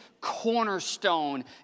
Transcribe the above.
cornerstone